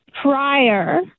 prior